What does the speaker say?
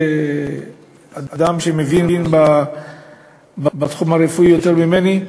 כאדם שמבין בתחום הרפואי יותר ממני,